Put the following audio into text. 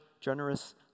generous